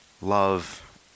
love